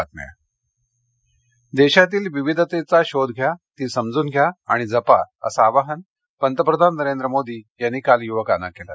मन की बात देशातील विविधतेचा शोध घ्या ती समजून घ्या आणि जपा असं आवाहन पंतप्रधान नरेंद्र मोदी यांनी काल युवकांना केलं